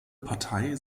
partei